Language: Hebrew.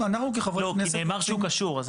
נאמר שהוא קשור, אז